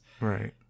Right